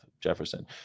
Jefferson